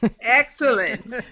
Excellent